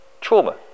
trauma